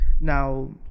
Now